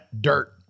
dirt